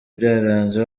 byaranze